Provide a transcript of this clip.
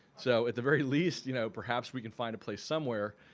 so at the very least you know perhaps we can find a place somewhere